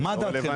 שכר.